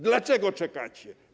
Dlaczego czekacie?